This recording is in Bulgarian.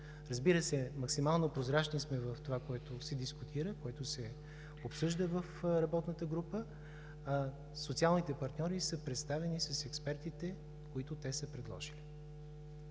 Разбира се, максимално прозрачни сме в това, което се дискутира, което се обсъжда в работната група. Социалните партньори са представени с експертите, които те са предложили.